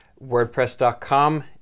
WordPress.com